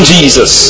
Jesus